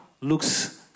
looks